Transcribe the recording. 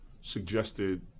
suggested